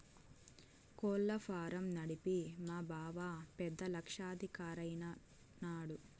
కోళ్ల ఫారం నడిపి మా బావ పెద్ద లక్షాధికారైన నాడు